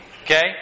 Okay